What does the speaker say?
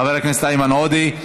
חבר הכנסת איימן עודה.